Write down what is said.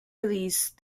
release